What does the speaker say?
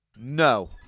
no